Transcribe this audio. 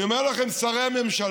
אני אומר לכם, שרי הממשלה,